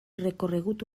recorregut